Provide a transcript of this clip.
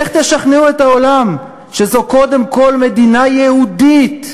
איך תשכנעו את העולם שזאת קודם כול מדינה יהודית,